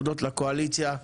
הודות לקואליציה,